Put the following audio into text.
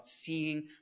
seeing